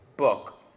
book